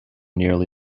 nearly